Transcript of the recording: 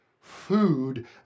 food